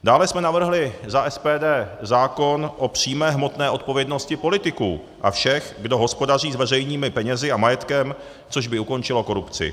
Dále jsme navrhli za SPD zákon o přímé hmotné odpovědnosti politiků a všech, kdo hospodaří s veřejnými penězi a majetkem, což by ukončilo korupci.